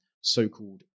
so-called